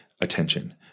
attention